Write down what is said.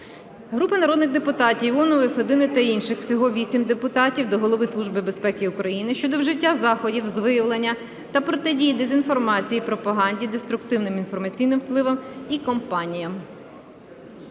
Групи народних депутатів (Іонової, Федини та інших. Всього 8 депутатів) до Голови Служби безпеки України щодо вжиття заходів з виявлення та протидії дезінформації і пропаганді, деструктивним інформаційним впливам і кампаніям.